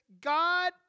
God